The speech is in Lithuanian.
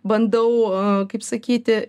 bandau kaip sakyti